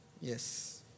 Yes